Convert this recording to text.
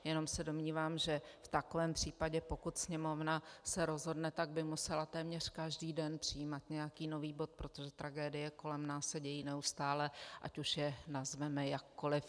Jenom se domnívám, že v takovém případě pokud Sněmovna se rozhodne, tak by musela téměř každý den přijímat nějaký nový bod, protože tragédie kolem nás se dějí neustále, ať už je nazveme jakkoli.